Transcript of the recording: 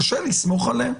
קשה לי לסמוך עליה.